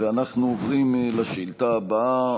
אנחנו עוברים לשאילתה הבאה.